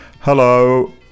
Hello